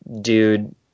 dude